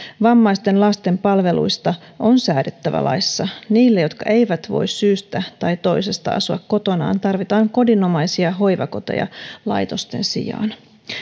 vammaisten lasten palveluista on säädettävä laissa niille jotka eivät voi syystä tai toisesta asua kotonaan tarvitaan kodinomaisia hoivakoteja laitosten sijaan